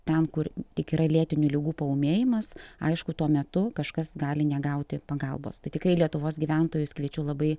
ten kur tik yra lėtinių ligų paūmėjimas aišku tuo metu kažkas gali negauti pagalbos tai tikrai lietuvos gyventojus kviečiu labai